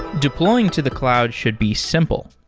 deploying to the cloud should be simple.